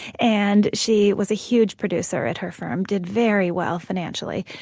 and she was a huge producer at her firm, did very well financially.